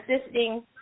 assisting